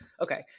okay